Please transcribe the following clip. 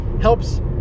helps